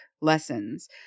lessons